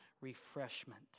refreshment